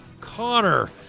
Connor